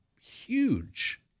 huge